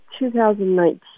2019